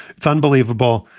it's unbelievable.